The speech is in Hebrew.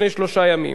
לפני שלושה ימים.